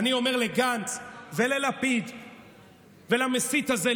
ואני אומר לגנץ וללפיד ולמסית הזה,